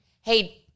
hey